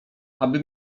aby